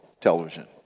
television